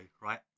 right